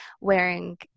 wearing